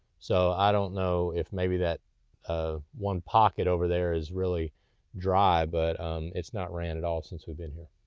so i don't know if maybe that ah one pocket over there is really dry, but it's not ran at all since we've been here.